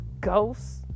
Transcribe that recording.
Ghosts